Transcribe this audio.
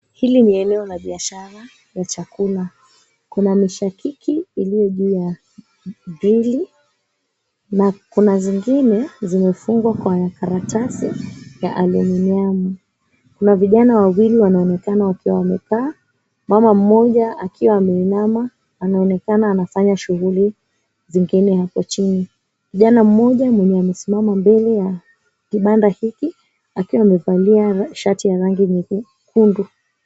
Hili ni eneo la biashara ya chakula. Kuna mishakiki iliyo juu ya grili na kuna zingine zimefungwa kwa karatasi ya Aluminiumu . Kuna vijana wawili wanaonekana wakiwa wamekaa, mama mmoja akiwa ameinama anaonekana anafanya shughuli zingine hapo chini. kijana mmoja mwenye amesimama mbele ya kibanda hiki akiwa amevalia shati ya rangi nyekundu.